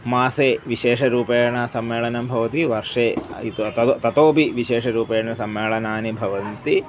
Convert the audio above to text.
मासे विशेषरूपेण सम्मेलनं भवति वर्षे अ इति तद् ततोऽपि विशेषरूपेण सम्मेलनानि भवन्ति